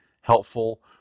helpful